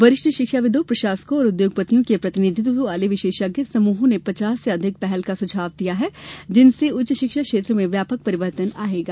वरिष्ठ शिक्षाविदों प्रशासकों और उद्योगपतियों के प्रतिनिधित्व वाले विशेषज्ञ समूहों ने पचास से अधिक पहल का सुझाव दिया है जिनसे उच्च शिक्षा क्षेत्र में व्यापक परिवर्तन आएगा